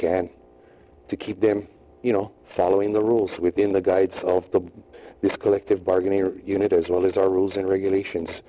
can to keep them you know following the rules within the guides of the this collective bargaining unit as well as our rules and regulations